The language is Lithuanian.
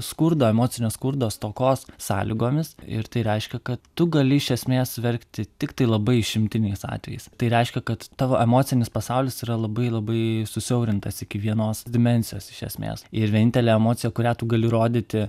skurdo emocinio skurdo stokos sąlygomis ir tai reiškia kad tu gali iš esmės verkti tiktai labai išimtiniais atvejais tai reiškia kad tavo emocinis pasaulis yra labai labai susiaurintas iki vienos dimensijos iš esmės ir vienintelė emocija kurią tu gali rodyti